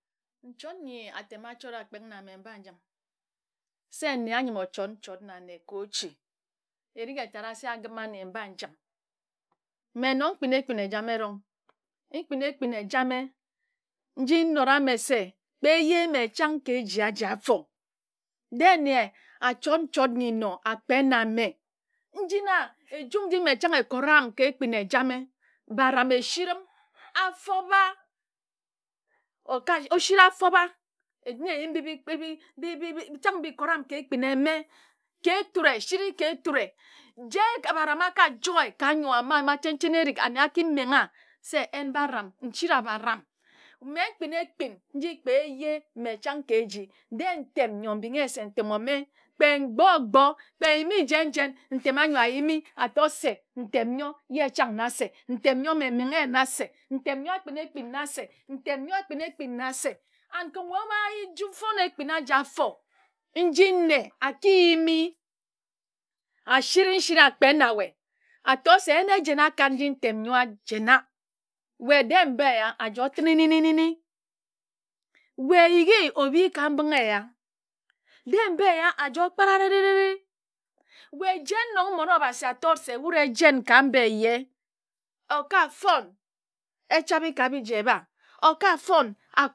Nchord nyoi atem achora akpek na mme mba njin se nne ayim achord nchord na nne ko-achi erig etad se agima anne mba njim mme nong mkpina ekpin ejama erong mpin ekpin ejame nji nnora nne se kpe eje mme chang ka eji aji afor de nne achord nchord nyi nnor akpe na mme njina ejum nji mme chang ekoram ka ekpin ejame baram esirim afor ba oka osiri afarba ojimi oyin bibi mkpibi chnag nyi ekoram ka ekpin ame ke eture siri ke eture je baram aka joer ka nyor ama ma chen erig anne akimengha se m baram nsira baram mme mkpine ekpin nji kpe eje mme chnag ke eji de ntem nyor ndu ne se ntem ome kpe mgbor ogbor kpe nyime jen jen ntem anyor ayimi ator se ntem nyor ye chang na se ntem nyor mme menghe na se ntem nyor akpin ekpin na se ntem nyor akpin ekpin na se and kin wae obafon ekpin anyi na afor nji-ne akiyimi asiri nsiri akpe na wae ator se yin ejen akard nji ntem nyor ajena wae de mba eya de ajor e tini ni ni ni ni ni wae yigi obi ka mbinghe eya de mba eya ajore kparariririri wae jen nong mmon obasi ator se wud ejen ka mba eye okafon echabe ka bi ji eba okafon